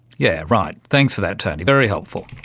yeah, right. thanks for that tony, very helpful.